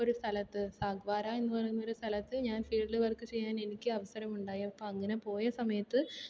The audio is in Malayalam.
ഒരു സ്ഥലത്ത് സാഗ്വാരാ എന്ന് പറയുന്ന ഒരു സ്ഥലത്ത് ഞാൻ ഫീൽഡ് വർക്ക് ചെയ്യാൻ എനിക്ക് അവസരമുണ്ടായി അപ്പം അങ്ങനെ പോയ സമയത്ത്